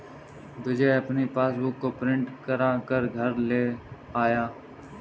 विजय अपनी पासबुक को प्रिंट करा कर घर लेकर आया है